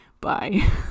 bye